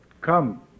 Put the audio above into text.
come